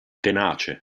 tenace